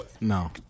no